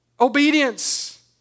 Obedience